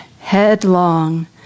headlong